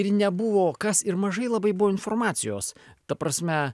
ir nebuvo kas ir mažai labai buvo informacijos ta prasme